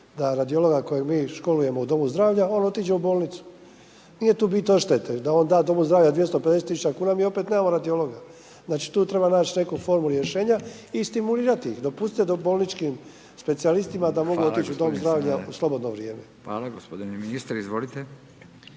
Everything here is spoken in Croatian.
da radiologa kojeg mi školujemo u domu zdravlja on otiđe u bolnicu. Nije tu bit odštete da on da domu zdravlja 250 tisuća kuna mi opet nemamo radiologa. Znači tu treba naći neku formulu rješenja i stimulirati ih, dopustiti da bolnički specijalistima da mogu otići u dom zdravlja u slobodno vrijeme. **Radin, Furio